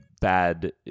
bad